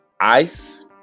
Ice